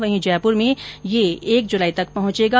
वहीं जयपुर में यह एक जुलाई तक पहुंचेगा